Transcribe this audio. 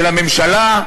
של הממשלה,